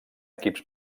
equips